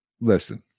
listen